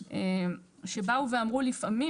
שבאו ואמרו לפעמים,